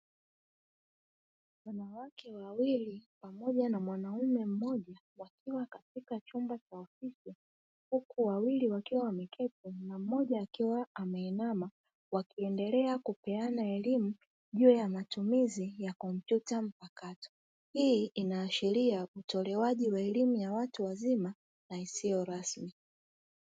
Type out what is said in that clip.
Wanawake wawili pamoja na mwanaume mmoja wakiwa katika chumba cha ofisi, huku wawili wakiwa wameketi na mmoja akiwa ameinama wakiendelea kupeana elimu juu ya matumizi ya kompyuta mpakato. Hii inaashiria utolewaji wa elimu ya watu wazima na isiyo rasmi.